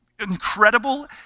incredible